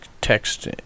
text